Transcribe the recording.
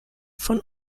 von